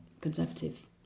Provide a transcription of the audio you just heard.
conservative